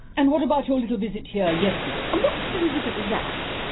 and what about your little visit here yesterday? what little visit was that?